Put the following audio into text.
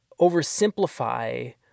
oversimplify